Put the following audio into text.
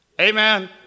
Amen